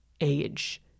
age